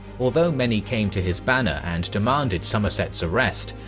although many came to his banner and demanded somerset's arrested,